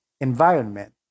environment